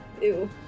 Ew